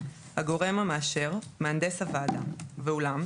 "הגורם המאשר" מהנדס הוועדה ואולם,